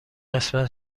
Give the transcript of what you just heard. قسمت